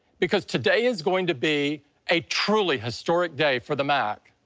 because today is going to be a truly historic day for the mac.